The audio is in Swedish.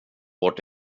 bort